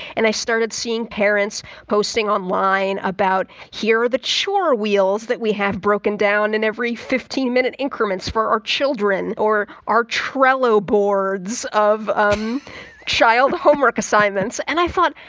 and i started seeing parents posting online about here are the chore wheels that we have broken down in every fifteen minute increments for our children or our trello boards of um child homework assignments and i thought,